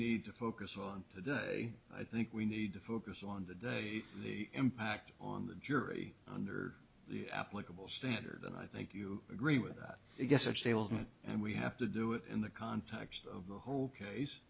need to focus on that day i think we need to focus on the day the impact on the jury under the applicable standard and i think you agree with that yes or table and we have to do it in the context of the whole case